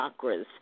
chakras